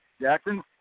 Jackson